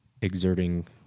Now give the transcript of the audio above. exerting